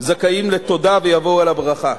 זכאים לתודה ויבואו על הברכה.